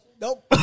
Nope